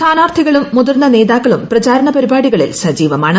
സ്ഥാനാർത്ഥികളും മുതിർന്ന നേതാക്കളും പ്രചാരണ പരിപാടികളിൽ സജീവമാണ്